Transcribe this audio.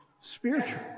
spiritual